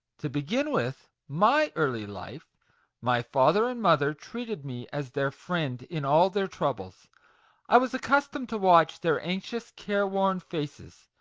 to begin with my early life my father and mother treated me as their friend in all their troubles i was accustomed to watch their anxious care-worn faces,